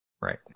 Right